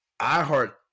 iHeart